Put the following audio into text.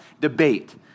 debate